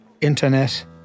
internet